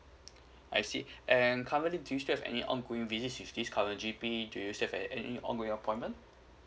I see and currently do you have any ongoing visit with this current G_P or do you still have any ongoing appointment